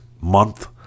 month